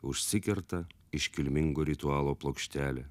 užsikerta iškilmingo ritualo plokštelė